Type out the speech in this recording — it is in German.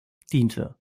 diente